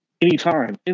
anytime